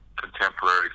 contemporary